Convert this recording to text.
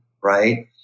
right